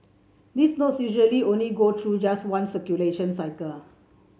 these notes usually only go through just one circulation cycle